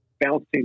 bouncing